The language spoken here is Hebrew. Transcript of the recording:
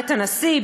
בית הנשיא,